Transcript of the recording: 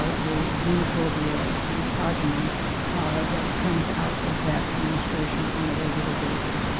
ah the xenophobe yeah, the misogyny that comes out of that administration on a regular basis.